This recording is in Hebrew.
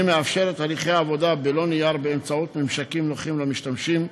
היא מאפשרת הליכי עבודה בלא נייר באמצעות ממשקים נוחים למשתמשים,